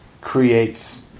creates